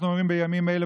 אנחנו אומרים בימים אלה,